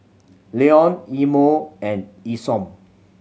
Leon Imo and Isom